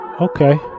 Okay